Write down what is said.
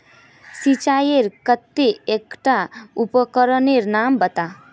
सिंचाईर केते एकटा उपकरनेर नाम बता?